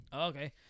Okay